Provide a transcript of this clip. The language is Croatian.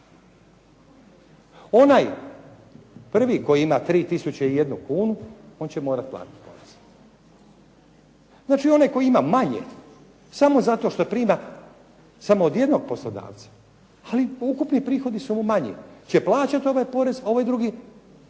Onaj prvi koji ima 3001 kunu on će morati platiti porez. Znači onaj koji ima manje, samo zato što prima samo od jednog poslodavca ali ukupni prihodi su mu manji, će plaćati ovaj porez a ovaj drugi,